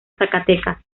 zacatecas